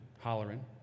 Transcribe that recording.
hollering